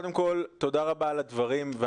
תודה על הדברים.